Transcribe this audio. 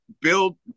build